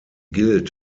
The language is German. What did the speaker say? gilt